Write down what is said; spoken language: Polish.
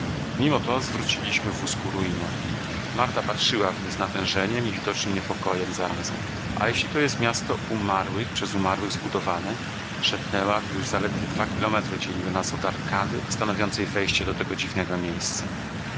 mimo to zwróciliśmy wóz ku ruinom marta patrzyła w nie z natężeniem i widocznym niepokojem zarazem a jeśli to jest miasto umarłych przez umarłych zbudowane szepnęła gdy już zaledwie dwa kilometry dzieliły nas od arkady stanowiącej wejście do tego dziwnego miejsca